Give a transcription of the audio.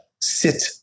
sit